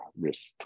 risk